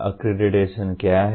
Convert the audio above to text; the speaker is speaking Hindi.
अब अक्रेडिटेशन क्या है